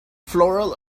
floral